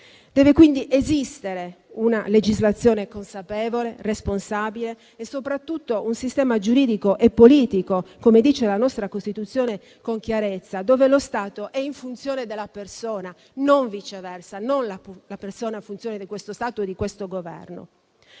Devono quindi esistere una legislazione consapevole e responsabile e soprattutto un sistema giuridico e politico, come dice la nostra Costituzione con chiarezza, in cui lo Stato è in funzione della persona, non viceversa: la persona non è in funzione di questo Stato e di questo Governo.